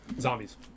Zombies